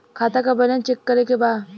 खाता का balance check करे के बा?